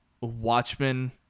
Watchmen